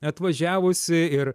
atvažiavusi ir